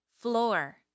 floor